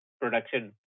production